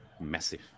massive